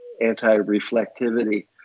anti-reflectivity